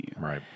Right